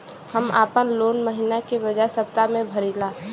हम आपन लोन महिना के बजाय सप्ताह में भरीला